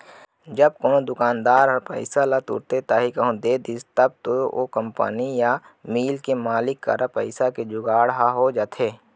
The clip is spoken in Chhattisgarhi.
जब कोनो दुकानदार ह पइसा ल तुरते ताही कहूँ दे दिस तब तो ओ कंपनी या मील के मालिक करा पइसा के जुगाड़ ह हो जाथे